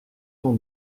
ton